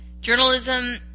Journalism